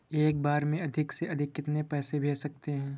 एक बार में अधिक से अधिक कितने पैसे भेज सकते हैं?